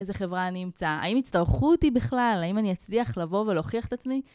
איזה חברה אני אמצא? האם יצטרכו אותי בכלל? האם אני אצליח לבוא ולהוכיח את עצמי?